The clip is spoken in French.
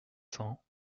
cents